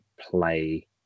play